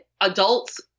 adults